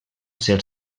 ser